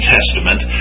Testament